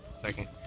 second